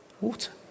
Water